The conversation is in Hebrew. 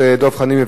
בבקשה,